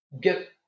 get